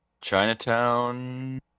Chinatown